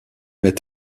est